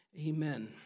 amen